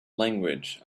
language